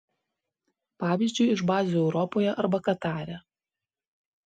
pavyzdžiui iš bazių europoje arba katare